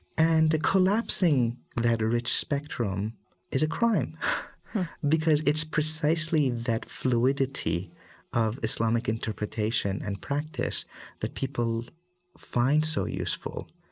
and collapsing that rich spectrum is a crime because it's precisely that fluidity of islamic interpretation and practice that people find so useful.